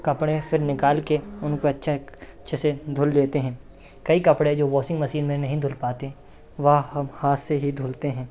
कपड़े फिर निकाल के उनको अच्छे से धुल लेते हैं कई कपड़े जो वाशिंग मशीन में नहीं धुल पाते वह ह हाथ से ही धुलते हैं